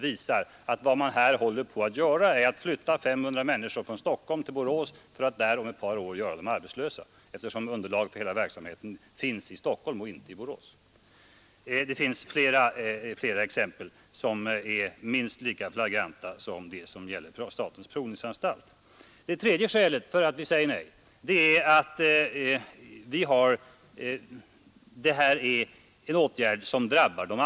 Vad man håller på att göra är att flytta 500 människor från Stockholm till Borås för att där om ett par år göra dem arbetslösa Underlaget för hela verksamheten finns nämligen i Stockholm och inte i Borås. Det här är ett av de vär Det tredje skälet till att vi säger nej är att denna åtgärd drabbar de a, men det finns flera flagranta exempel.